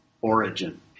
origin